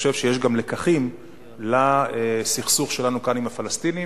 יש גם לקחים לסכסוך שלנו כאן עם הפלסטינים.